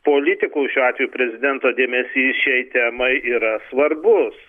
politikų šiuo atveju prezidento dėmesys šiai temai yra svarbus